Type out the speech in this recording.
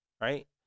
right